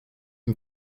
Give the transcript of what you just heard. une